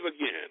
again